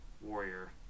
Warrior